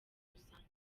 rusange